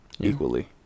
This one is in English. equally